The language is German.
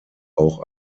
auch